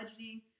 budgeting